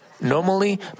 Normally